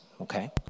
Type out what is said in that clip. okay